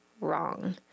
wrong